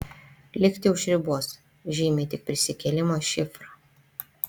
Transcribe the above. likti už ribos žymi tik prisikėlimo šifrą